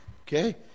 okay